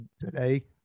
today